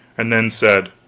and then said